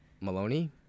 Maloney